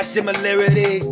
Similarity